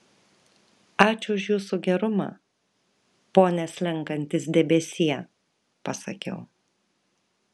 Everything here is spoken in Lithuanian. ačiū už jūsų gerumą pone slenkantis debesie pasakiau